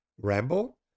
Ramble